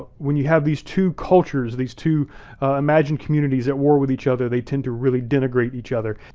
ah when you have these two cultures, these two imagined communities at war with each other, they tend to really denigrate each other.